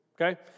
okay